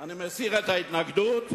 אני מסיר את ההתנגדות.